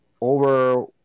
over